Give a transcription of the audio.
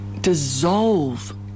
dissolve